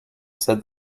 said